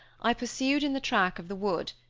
i pursued in the track of the wood,